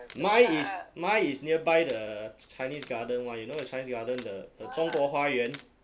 mine is mine is nearby the chinese garden [one] you know the chinese garden the 中国花园